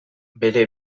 bere